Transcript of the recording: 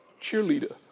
cheerleader